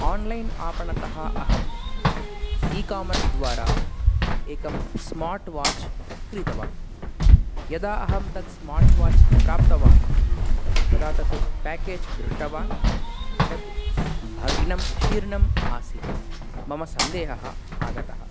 online आपणतः अहम् ecommerce द्वारा एकं स्मार्ट् वाच् क्रीतवान् यदा अहं तत् स्मार्ट् वाच् प्राप्तवान् तदा तत् पेकेज् दृष्टवान् तत् भग्नं शीर्णम् आसीत् मम सन्देहः आगतः